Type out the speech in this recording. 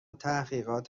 تحقیقات